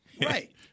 Right